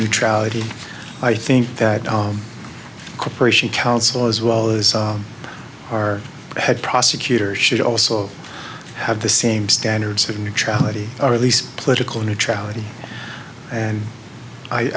neutrality i think that cooperation council as well as our head prosecutor should also have the same standards of neutrality or at least political neutrality and i